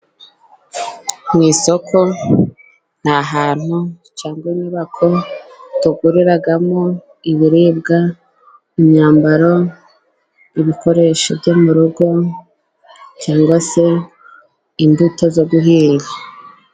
Mu isoko ni ahantu cyangwa inyubako tuguriramo ibiribwa, imyambaro, ibikoresho byo mu rugo, cyangwa se imbuto zo guhinga.